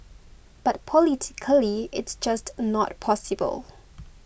but politically it's just not possible